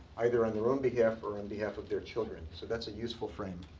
either on their own behalf, or on behalf of their children. so that's a useful frame.